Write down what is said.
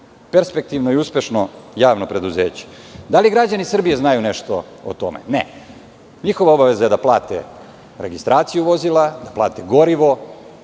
perspektivno i uspešno javno preduzeće. Da li građani Srbije znaju nešto o tome? Ne. Njihova obaveza je da plate registraciju vozila, da plate gorivo,